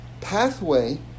pathway